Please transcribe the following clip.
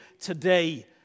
today